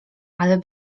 ale